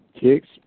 kicks